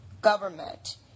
government